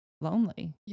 lonely